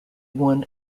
won